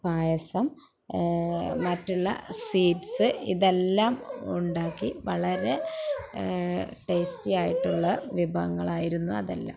പായസം മറ്റുള്ള സ്വീറ്റ്സ് ഇതെല്ലാം ഉണ്ടാക്കി വളരെ ടേസ്റ്റി ആയിട്ടുള്ള വിഭവങ്ങൾ ആയിരുന്നു അതെല്ലാം